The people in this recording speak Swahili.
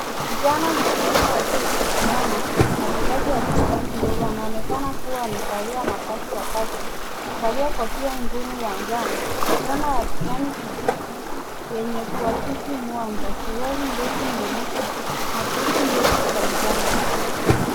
Kijana mwanaume aliyesimama katikati ya bustani ndogo. Anaonekana kuwa amevalia mavazi ya kazi. Amevalia kofia ngumu ya njano, fulana ya kijani kibichi yenye kuakisi mwanga, suruali ndefu nyeusi na boot ndefu za njano.